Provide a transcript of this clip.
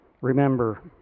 remember